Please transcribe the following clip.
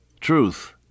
truth